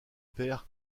pairs